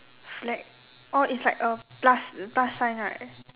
flag oh is like a plus plus sign right